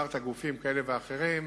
הזכרת גופים כאלה ואחרים,